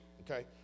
okay